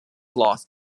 lost